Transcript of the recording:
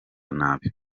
nabi